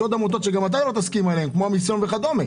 יש עמותות שגם אתה לא תסכים עליהם כמו מיסיון וכדומה.